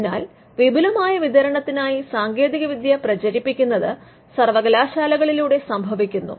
അതിനാൽ വിപുലമായ വിതരണത്തിനായി സാങ്കേതികവിദ്യ പ്രചരിപ്പിക്കുന്നത് സർവകലാശാലകളിലൂടെ സംഭവിക്കുന്നു